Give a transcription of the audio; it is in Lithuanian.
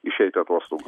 išeiti atostogų